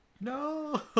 No